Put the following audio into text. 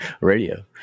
radio